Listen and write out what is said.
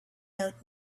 out